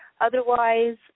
Otherwise